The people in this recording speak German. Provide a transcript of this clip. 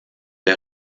der